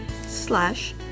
slash